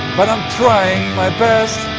but i'm trying my best